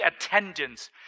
attendance